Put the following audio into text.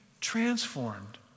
transformed